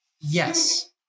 Yes